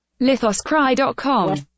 Lithoscry.com